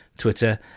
Twitter